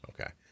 Okay